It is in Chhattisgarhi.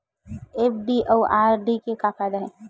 एफ.डी अउ आर.डी के का फायदा हे?